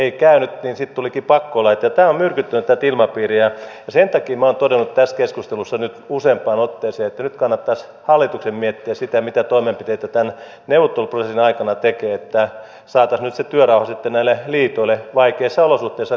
tämä on myrkyttänyt tätä ilmapiiriä ja sen takia minä olen todennut tässä keskustelussa nyt useampaan otteeseen että nyt kannattaisi hallituksen miettiä sitä mitä toimenpiteitä tämän neuvotteluprosessin aikana tekee että saataisiin nyt se työrauha sitten näille liitoille vaikeissa olosuhteissa